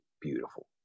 beautiful